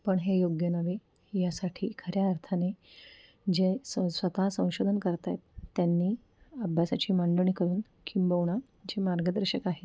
पण हे योग्य नव्हे यासाठी खऱ्या अर्थाने जे स स्वतः संशोधन करत आहेत त्यांनी अभ्यासाची मांडणी करून किंबहुना जे मार्गदर्शक आहेत